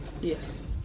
Yes